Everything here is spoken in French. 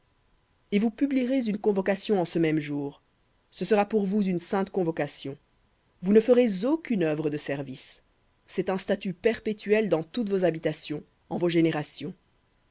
et vous publierez en ce même jour ce sera pour vous une sainte convocation vous ne ferez aucune œuvre de service un statut perpétuel dans toutes vos habitations en vos générations